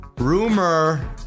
Rumor